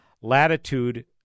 Latitude